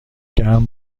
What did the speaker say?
گرم